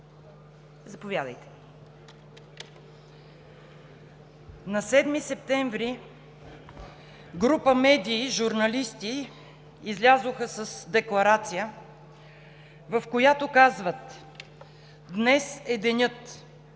НИНОВА: На 7 септември група медии, журналисти излязоха с декларация, в която казват: „Днес е денят!